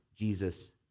Jesus